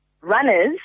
runners